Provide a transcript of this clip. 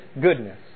goodness